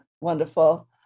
Wonderful